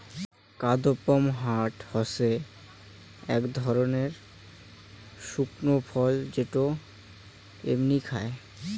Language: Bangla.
কাদপমহাট হসে আক ধরণের শুকনো ফল যেটো এমনি খায়